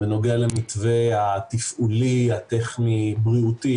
בנוגע למתווה התפעולי הטכני-בריאותי